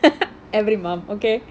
every mum okay